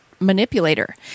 manipulator